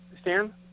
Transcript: Stan